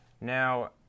Now